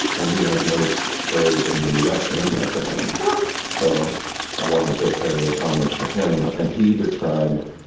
and he has no bird in the u s. named after him, so i wanted to pay homage to him and he described